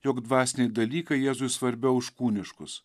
jog dvasiniai dalykai jėzui svarbiau už kūniškus